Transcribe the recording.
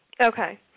Okay